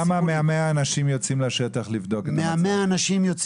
כמה מה-100 אנשים יוצאים לשטח לבדוק את המצב?